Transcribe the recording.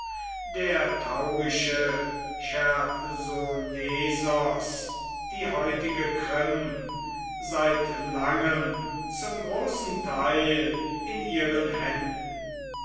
der taurische chersonesos die heutige krim seit langem zum großen teil in ihren händen